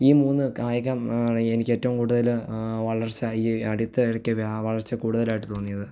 ഈ മൂന്നു കായികം ആണ് എനിക്ക് ഏറ്റവും കൂടുതൽ വളർച്ച ഈ അടുത്ത ഇടയ്ക്ക് വ്യാ വളർച്ച കൂടുതലായിട്ടു തോന്നിയത്